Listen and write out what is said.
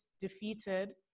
defeated